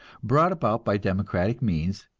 brought about by democratic means,